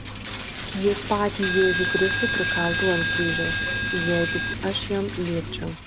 jis patį jėzų kristų prikaltų ant kryžiaus jei tik aš jam liepčiau